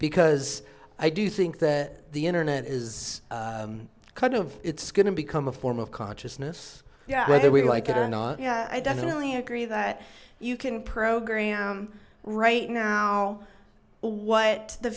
because i do think that the internet is kind of it's going to become a form of consciousness whether we like it or not i definitely agree that you can program right now what the